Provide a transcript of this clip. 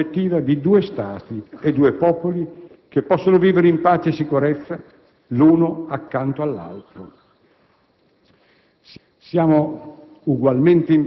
e rendere finalmente possibile la prospettiva di due Stati e due popoli che possano vivere in pace e sicurezza l'un accanto all'altro.